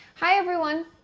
hi, everyone.